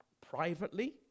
privately